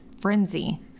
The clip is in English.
frenzy